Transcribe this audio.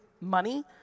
money